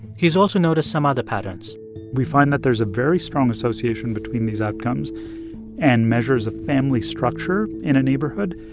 he's also noticed some other patterns we find that there's a very strong association between these outcomes and measures of family structure in a neighborhood.